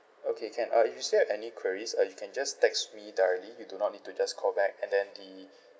okay can uh if you still have any queries uh you can just text me directly you do not need to just call back and then the